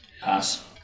Pass